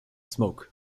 smoke